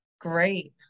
great